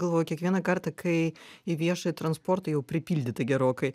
galvoju kiekvieną kartą kai į viešąjį transportą jau pripildytą gerokai